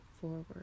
forward